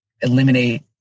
eliminate